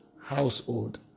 household